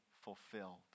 fulfilled